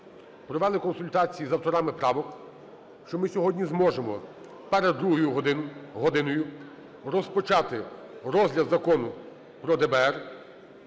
провели консультації з авторами правок, що ми сьогодні зможемо перед другою годиною розпочати розгляд Закону про ДБР